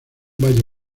valle